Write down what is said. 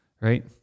right